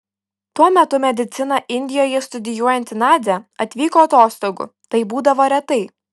tuo metu mediciną indijoje studijuojanti nadia atvyko atostogų tai būdavo retai